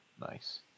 Nice